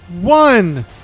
One